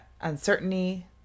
uncertainty